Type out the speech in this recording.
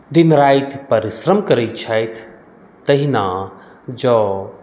दिन राति परिश्रम करै छथि तहिना जँ